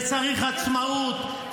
וצריך עצמאות,